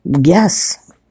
yes